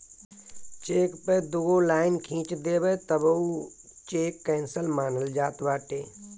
check पअ दुगो line खिंच देबअ तअ उ चेक केंसल मानल जात बाटे